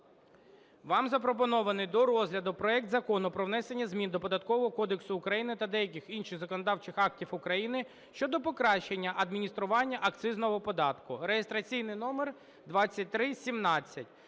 Вам запропонований до розгляду проект Закону про внесення змін до Податкового кодексу України та деяких інших законодавчих актів України (щодо покращення адміністрування акцизного податку) (реєстраційний номер 2317).